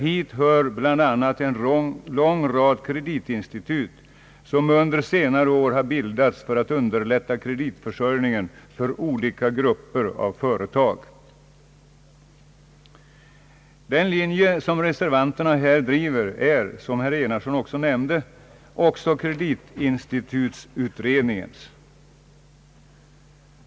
Hit hör bl.a. en lång rad kreditinstitut, som under senare år har bildats för att underlätta kreditförsörjningen för olika grupper av företag. Den linje som reservanterna här driver är, som herr Enarsson nämnde, också kreditinstitututredningens.